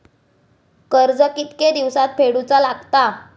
कर्ज कितके दिवसात फेडूचा लागता?